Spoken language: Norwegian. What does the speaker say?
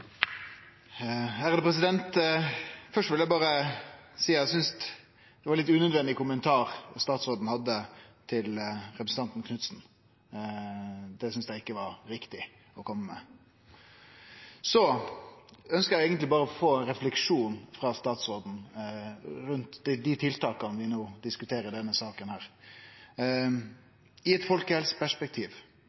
Først vil eg berre seie eg synest det var ein litt unødvendig kommentar statsråden hadde til representanten Knutsen. Det synest eg ikkje det var riktig å kome med. Eg ønskjer berre å få ein refleksjon frå statsråden rundt tiltaka vi diskuterer her. Samanlikna med viss ein klarer å auke den fysiske aktiviteten og skape eit